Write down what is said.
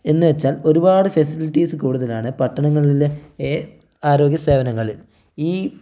എന്നു വച്ചാൽ ഒരുപാട് ഫെസിലിറ്റീസ് കൂടുതലാണ് പട്ടണങ്ങളിലെ ഏഹ് ആരോഗ്യ സേവനങ്ങൾ ഈ